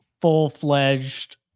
full-fledged